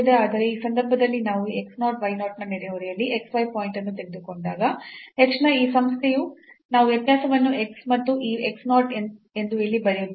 ಆದರೆ ಈ ಸಂದರ್ಭದಲ್ಲಿ ನಾವು x 0 y 0 ನ ನೆರೆಹೊರೆಯಲ್ಲಿ xy ಪಾಯಿಂಟ್ ಅನ್ನು ತೆಗೆದುಕೊಂಡಾಗ h ನ ಈ ಸಂಸ್ಥೆಯು ನಾವು ವ್ಯತ್ಯಾಸವನ್ನು x ಮತ್ತು ಈ x 0 ಎಂದು ಇಲ್ಲಿ ಬರೆಯುತ್ತೇವೆ